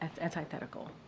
antithetical